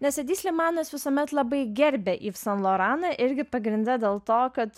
nes edi slimanas visuomet labai gerbė iv san loraną irgi pagrinde dėl to kad